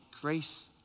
grace